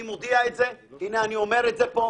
אני אומר את זה פה.